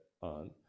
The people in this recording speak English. on